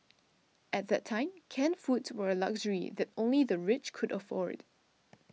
at that time canned foods were a luxury that only the rich could afford